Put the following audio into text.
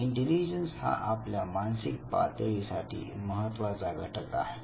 intelligence हा आपल्या मानसिक पातळी साठी महत्त्वाचा घटक आहे